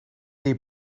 dir